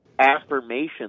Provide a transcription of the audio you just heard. affirmation